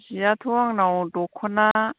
जियाथ' आंनाव दख'ना